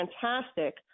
fantastic